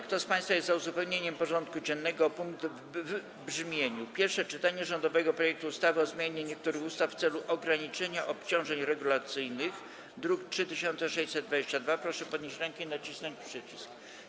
Kto z państwa jest za uzupełnieniem porządku dziennego o punkt w brzmieniu: Pierwsze czytanie rządowego projektu ustawy o zmianie niektórych ustaw w celu ograniczenia obciążeń regulacyjnych, druk nr 3622, proszę podnieść rękę i nacisnąć przycisk.